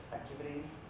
activities